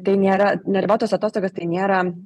tai nėra neribotos atostogos tai nėra